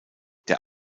der